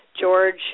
George